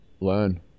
learn